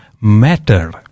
matter